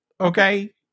Okay